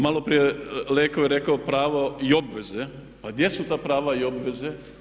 Maloprije netko je rekao pravo i obveze, pa gdje su ta prava i obveze?